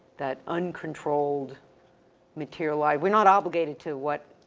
that uncontrolled material, i, we're not obligated to what,